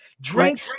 drink